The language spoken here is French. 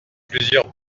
plusieurs